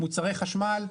מוצרי חשמל,